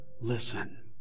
listen